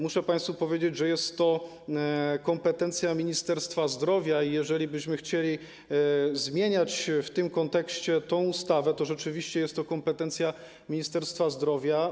Muszę państwu powiedzieć, że jest to kompetencja Ministerstwa Zdrowia i jeżelibyśmy chcieli zmieniać w tym kontekście tę ustawę, to rzeczywiście jest to kompetencja resortu zdrowia.